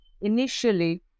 initially